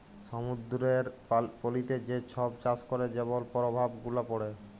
সমুদ্দুরের পলিতে যে ছব চাষ ক্যরে যেমল পরভাব গুলা পড়ে